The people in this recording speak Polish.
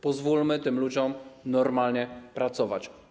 Pozwólmy tym ludziom normalnie pracować.